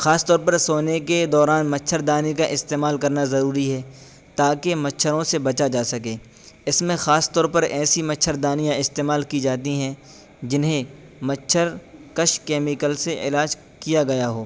خاص طور پر سونے کے دوران مچھر دانی کا استعمال کرنا ضروری ہے تاکہ مچھروں سے بچا جا سکے اس میں خاص طور پر ایسی مچھر دانیاں استعمال کی جاتی ہیں جنہیں مچھر کش کیمیکل سے علاج کیا گیا ہو